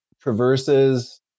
traverses